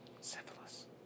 Syphilis